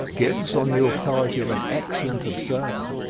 gives, on the authority of an excellent observer,